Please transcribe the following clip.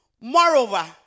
Moreover